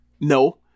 No